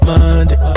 Monday